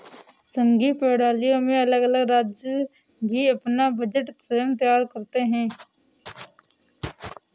संघीय प्रणालियों में अलग अलग राज्य भी अपना बजट स्वयं तैयार करते हैं